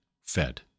fed